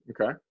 Okay